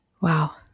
Wow